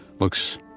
looks